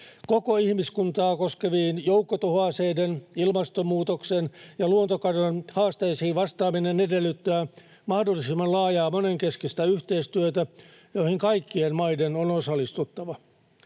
Koko ihmiskuntaa koskeviin joukkotuhoaseiden, ilmastonmuutoksen ja luontokadon haasteisiin vastaaminen edellyttää mahdollisimman laajaa monenkeskistä yhteistyötä, johon kaikkien maiden on osallistuttava.